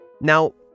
Now